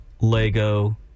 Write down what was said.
Lego